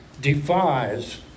defies